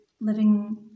living